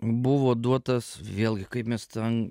buvo duotas vėlgi kaip mes ten